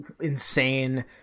insane